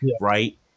right